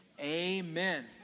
Amen